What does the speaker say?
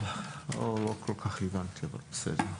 טוב, לא כל כך הבנתי, אבל בסדר.